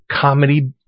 comedy